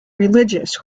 religious